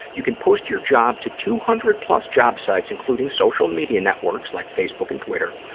you can post your job to two hundred plus job sites, including social media networks like facebook and twitter,